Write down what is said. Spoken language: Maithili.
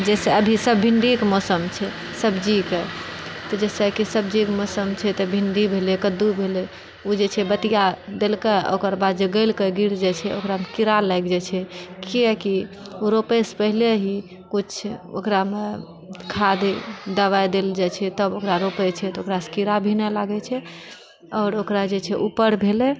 जैसे अभीकऽ सभ भिण्डीकऽ मौसम छै सब्जीकऽ तऽ जैसेकि सब्जीकऽ मौसम छै तऽ भिण्डी भेलय कद्दू भेलय ओ जे छै बतिआ देलकय ओकर बाद जे गलिकऽ गिर जाइत छै ओकरामऽ कीड़ा लागि जाइत छै किआकि ओ रोपयसँ पहिले ही कुछ ओकरामऽ खाद दबाइ देल जाइत छै तब ओकरा रोपैत छै तऽ ओकरासँ कीड़ा भी नहि लागैत छै आओर ओकरा जे छै ऊपर भेलय